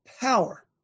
power